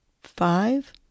five